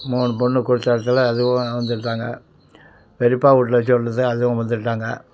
மூணு பொண்ணு கொடுத்த இடத்துல அதுவும் வந்துவிட்டாங்க பெரியப்பா வீட்ல சொன்னது அதுவும் வந்துவிட்டாங்க